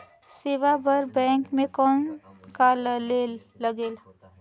सेवा बर बैंक मे कौन का लगेल?